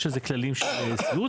יש לזה כללים של סבירות,